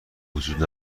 وجود